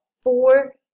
four